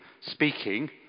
speaking